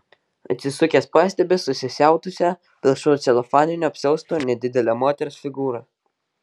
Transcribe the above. atsisukęs pastebi susisiautusią pilkšvu celofaniniu apsiaustu nedidelę moters figūrą